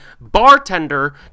bartender